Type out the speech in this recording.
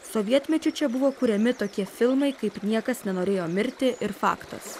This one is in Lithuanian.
sovietmečiu čia buvo kuriami tokie filmai kaip niekas nenorėjo mirti ir faktas